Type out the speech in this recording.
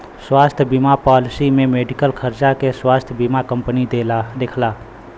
स्वास्थ्य बीमा पॉलिसी में मेडिकल खर्चा के स्वास्थ्य बीमा कंपनी देखला